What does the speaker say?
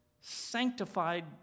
sanctified